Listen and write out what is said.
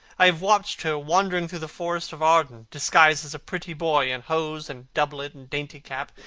i have watched her wandering through the forest of arden, disguised as a pretty boy in hose and doublet and dainty cap.